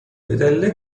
بدلیل